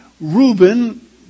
Reuben